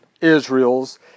Israel's